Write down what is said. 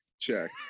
check